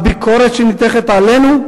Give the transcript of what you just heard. הביקורת שניתכת עלינו.